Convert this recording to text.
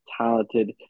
talented